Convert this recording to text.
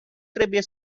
trebuie